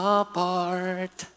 apart